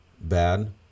bad